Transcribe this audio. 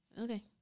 Okay